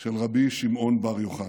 של רבי שמעון בר יוחאי.